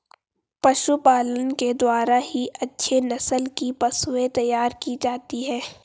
पशुपालन के द्वारा ही अच्छे नस्ल की पशुएं तैयार की जाती है